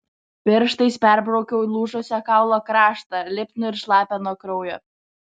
pirštais perbraukiau lūžusio kaulo kraštą lipnų ir šlapią nuo kraujo